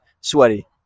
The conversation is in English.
sweaty